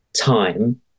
time